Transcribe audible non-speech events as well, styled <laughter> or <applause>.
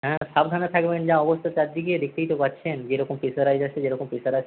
হ্যাঁ সাবধানে থাকবেন যা অবস্থা চারদিকে দেখতেই তো পারছেন যেরকম প্রেশার আসছে যাচ্ছে যেরকম প্রেশার <unintelligible>